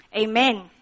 amen